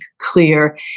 clear